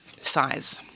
Size